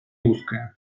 узкая